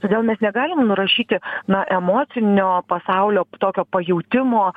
todėl mes negalim nurašyti na emocinio pasaulio tokio pajutimo